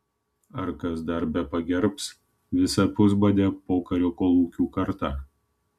ar kas dar bepagerbs visą pusbadę pokario kolūkių kartą